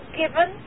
given